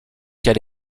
quel